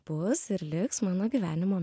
bus ir liks mano gyvenimo